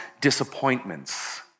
disappointments